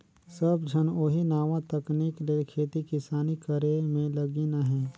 सब झन ओही नावा तकनीक ले खेती किसानी करे में लगिन अहें